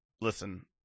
Listen